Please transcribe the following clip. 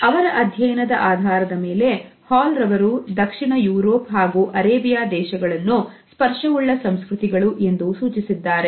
ಅವರ ಅಧ್ಯಯನದ ಆಧಾರದ ಮೇಲೆ ಹಾಲ್ ರವರು ದಕ್ಷಿಣ ಯುರೋಪ್ ಹಾಗೂ ಅರೇಬಿಯಾ ದೇಶಗಳನ್ನು ಸ್ಪರ್ಶ ಉಳ್ಳ ಸಂಸ್ಕೃತಿಗಳು ಎಂದು ಸೂಚಿಸಿದ್ದಾರೆ